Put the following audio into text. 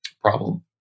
problem